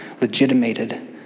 legitimated